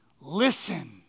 Listen